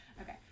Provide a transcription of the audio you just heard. Okay